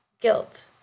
guilt